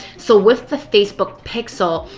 so with the facebook pixel,